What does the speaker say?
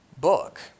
book